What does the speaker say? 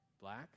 Black